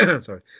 Sorry